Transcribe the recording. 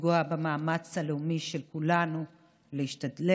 להיפגע המאמץ הלאומי של כולנו להשתלט